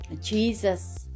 Jesus